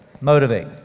Motivate